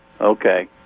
Okay